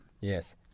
Yes